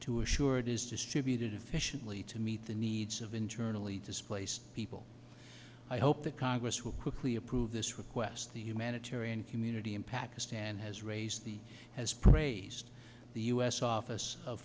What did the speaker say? to assure it is distributed efficiently to meet the needs of internally displaced people i hope the congress will quickly approve this request the humanitarian community in pakistan has raised the has praised the u s office of